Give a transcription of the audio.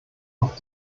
auf